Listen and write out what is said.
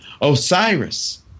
Osiris